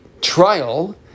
trial